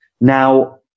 Now